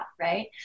right